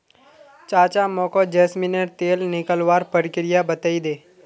चाचा मोको जैस्मिनेर तेल निकलवार प्रक्रिया बतइ दे